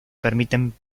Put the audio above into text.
permiten